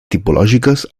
tipològiques